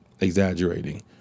Exaggerating